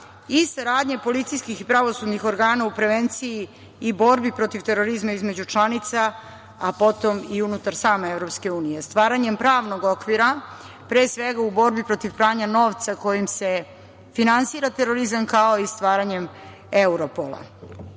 i saradnje policijskih i pravosudnih organa u prevenciji i borbi protiv terorizma između članica, a potom i unutar same Evropske unije stvaranjem pravnog okvira pre svega u borbi protiv pranja novca kojim se finansira terorizam, kao i stvaranjem Europola. Dakle,